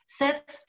sets